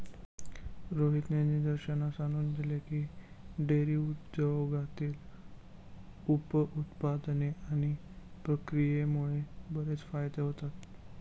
रोहितने निदर्शनास आणून दिले की, डेअरी उद्योगातील उप उत्पादने आणि प्रक्रियेमुळे बरेच फायदे होतात